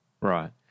Right